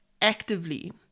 actively